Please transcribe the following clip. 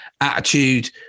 attitude